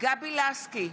גבי לסקי,